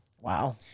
Wow